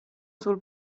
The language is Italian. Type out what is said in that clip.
sul